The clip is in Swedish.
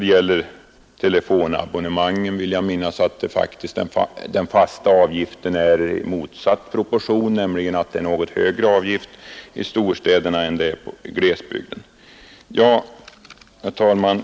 Och vad telefonabonnemanget angår vill jag minnas att den fasta avgiften står i omvänd proportion till avståndet, alltså att den är något högre i storstäderna än i glesbygden. Herr talman!